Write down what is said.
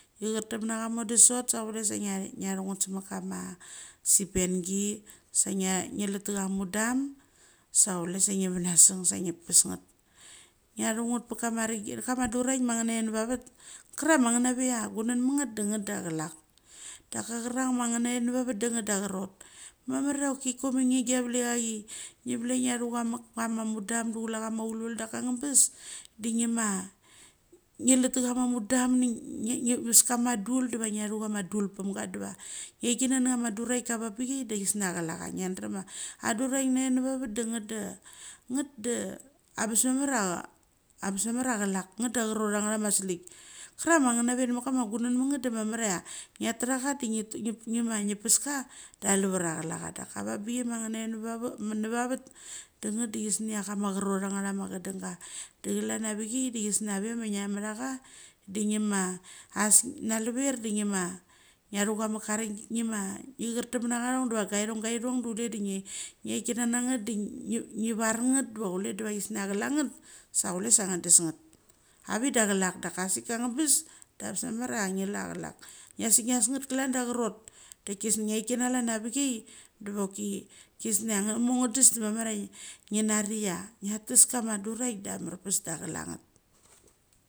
Nge char tep nacha mo de sat, sa chule ngechiaru nget semit. Kama sipengi sa ugechiaru nget semit kama sipengi sa nge litchia mudam sa kule sa nge vinaseng sa nge pes nget. Ngaru uget pe kama rineng duraik ma nget nave vaet, chrang ma nget nave chia gungn mit nget de nget da alak. Da cha chrang ma nget nave navet da chairot. Mamar chia koima nge chiavile chiagi, uge velk chia ngaru chai mak pachama muclam du chulaga maulul daka ugema, nge litchiama mudam nge vaska ma dul deva ngarua ma dul pemgadeva ngechia kina na cham ma duruchika avakpe chiade kisnia achla cha ngadarem chia adurachik nave vavet de nget de abes mamar chai achlak nget ma nget nsvr mit gungnmit nget de mamar chia nge tracha de nge ma nge paska da alevar achlaka. Da vabik chia manget nave vavet de nget de kisnia chama aichrot chaima dadanga, de chalan chia vichai de kisnia avema nge chamchaga de ngma as naluver ngma nga churagao, mat nga nge kertap mat ngairo deva gairongairon de unge chia kina na hget var nget va chuk de kisnia achlak nget sa kule sang des ngot avik da achlak da asika ngbes da abes mamar chia achlak. ngas nget klain da achrot ngchaikina klan avichia deva choki kisnia nimo ngedes da mamar chia ngnarichia ngatis kama duraik da amarpes da chlak nget.